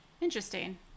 Interesting